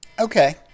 Okay